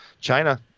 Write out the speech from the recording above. China